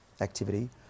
activity